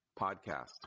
podcast